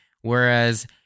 Whereas